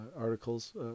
articles